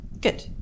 Good